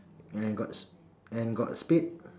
and got and got spade